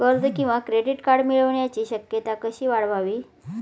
कर्ज किंवा credit card मिळण्याची शक्यता कशी वाढवावी?